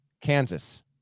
Kansas